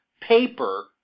paper